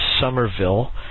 somerville